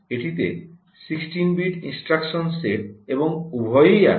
এটিতে 16 bit instruction set এবং উভয়ই আছে